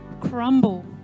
crumble